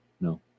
No